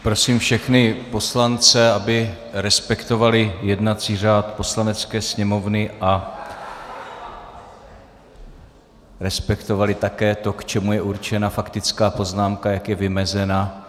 Prosím všechny poslance, aby respektovali jednací řád Poslanecké sněmovny a respektovali také to, k čemu je určena faktická poznámka, jak je vymezena.